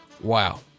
Wow